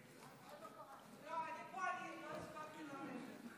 לא, אני פה, לא הספקתי לרדת.